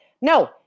No